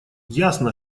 ясно